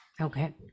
Okay